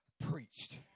preached